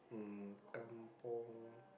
um kampung